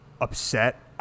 upset